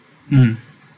mm